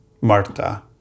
Marta